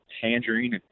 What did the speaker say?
tangerine